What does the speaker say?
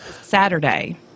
Saturday